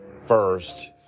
first